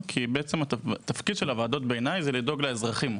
כי תפקיד הוועדות הוא לדאוג לאזרחים,